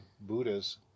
Buddhas